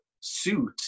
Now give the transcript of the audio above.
suit